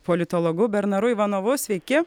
politologu bernaru ivanovu sveiki